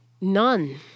None